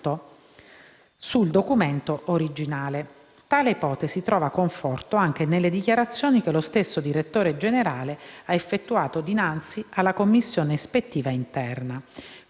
sul documento originale. Tale ipotesi trova conforto anche nelle dichiarazioni che lo stesso direttore generale ha effettuato dinanzi alla commissione ispettiva interna;